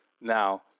Now